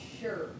sure